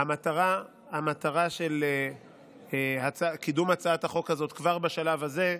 המטרה של קידום הצעת החוק הזאת כבר בשלב הזה,